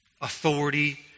authority